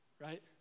Right